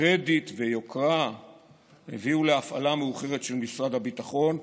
קרדיט ויוקרה הביאו להפעלה המאוחרת של משרד הביטחון,